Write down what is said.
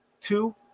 Two